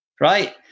Right